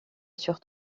sur